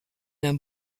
d’un